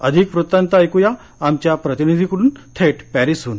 अधिक वृत्तांत ऐकूया आमच्या प्रतिनिधीकडून थेट पॅरिसहून